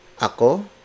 Ako